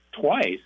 twice